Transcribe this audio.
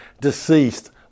deceased